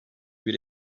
bir